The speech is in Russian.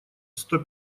сто